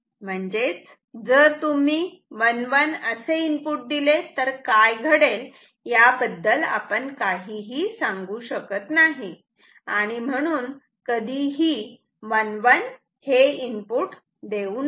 म्हणजेच जर तुम्ही 1 1 असे इनपुट दिले तर काय घडेल याबद्दल आपण काहीही सांगू शकत नाही आणि म्हणून कधीही 1 1 हे इनपुट देऊ नका